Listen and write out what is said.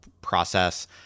process